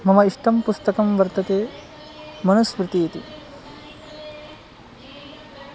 मम इष्टं पुस्तकं वर्तते मनुस्मृतिः इति